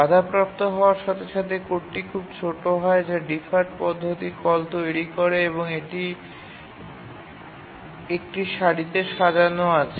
বাধাপ্রাপ্ত হওয়ার সাথে সাথে কোডটি খুব ছোট হয় যা ডিফার্ড পদ্ধতি কল তৈরি করে এবং এটি একটি সারিতে সাজান আছে